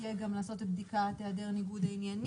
תהיה גם לעשות את בדיקת העדר ניגוד העניינים?